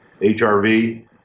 HRV